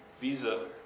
visa